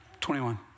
21